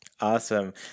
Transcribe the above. Awesome